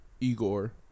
Igor